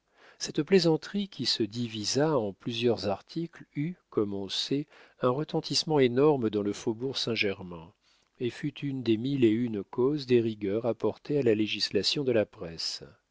cette plaisanterie qui se divisa en plusieurs articles eut comme on sait un retentissement énorme dans le faubourg saint-germain et fut une des mille et une causes des rigueurs apportées à la législation de la presse